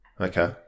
Okay